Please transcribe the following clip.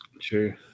True